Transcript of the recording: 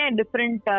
different